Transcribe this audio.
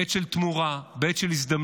בעת של תמורה, בעת של הזדמנות,